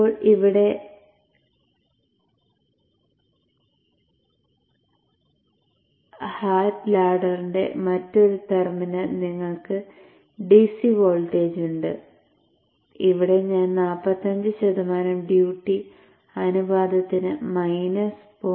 ഇപ്പോൾ ഇവിടെ ഹാറ്റ് ലാഡ്ഡറിന്റെ മറ്റൊരു ടെർമിനലിൽ നിങ്ങൾക്ക് DC വോൾട്ടേജ് ഉണ്ട് ഇവിടെ ഞാൻ 45 ശതമാനം ഡ്യൂട്ടി അനുപാതത്തിന് മൈനസ് 0